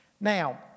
Now